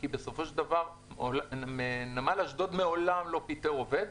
כי בסופו של דבר נמל אשדוד מעולם לא פיטר עובד.